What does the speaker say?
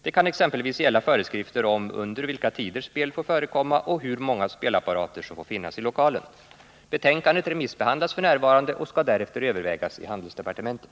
Det kan exempelvis gälla föreskrifter om under vilka tider spel får förekomma och hur många spelapparater som får finnas i lokalen. Betänkandet remissbehandlas f. n. och skall därefter övervägas i handelsdepartementet.